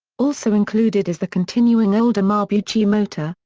also included is the continuing older mabuchi motor,